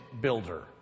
builder